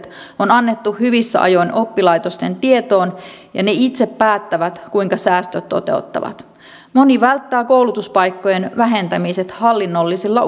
on annettu hyvissä ajoin oppilaitosten tietoon ja ne itse päättävät kuinka säästöt toteuttavat moni välttää koulutuspaikkojen vähentämiset hallinnollisilla